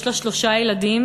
יש לה שלושה ילדים,